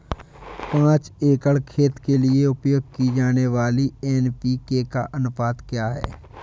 पाँच एकड़ खेत के लिए उपयोग की जाने वाली एन.पी.के का अनुपात क्या है?